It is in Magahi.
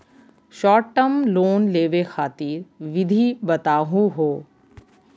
शार्ट टर्म लोन लेवे खातीर विधि बताहु हो?